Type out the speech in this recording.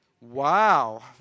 Wow